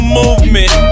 movement